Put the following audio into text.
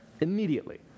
immediately